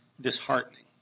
disheartening